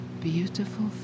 beautiful